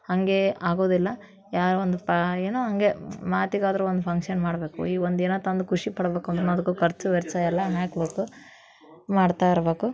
ಹಾಗೆ ಆಗೋದಿಲ್ಲ ಯಾವ ಒಂದು ಪಾ ಏನೋ ಹಾಗೆ ಮಾತಿಗಾದ್ರೂ ಒಂದು ಫಂಕ್ಷನ್ ಮಾಡಬೇಕು ಈ ಒಂದು ಏನೋ ತಂದು ಖುಷಿ ಪಡಬೇಕು ಖರ್ಚು ವೆಚ್ಚ ಎಲ್ಲ ಹಾಕಬೇಕು ಮಾಡ್ತಾ ಇರಬೇಕು